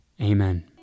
Amen